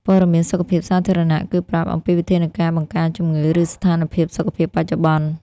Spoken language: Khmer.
ព័ត៌មានសុខភាពសាធារណៈគឺប្រាប់ អំពីវិធានការបង្ការជំងឺ ឬស្ថានភាពសុខភាពបច្ចុប្បន្ន។